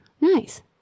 Nice